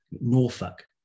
Norfolk